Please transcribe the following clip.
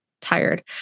tired